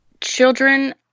Children